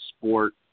sport